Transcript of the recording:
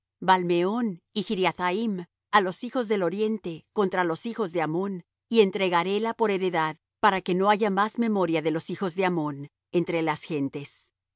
baal meón y chriathaim a los hijos del oriente contra los hijos de ammón y entregaréla por heredad para que no haya más memoria de los hijos de ammón entre las gentes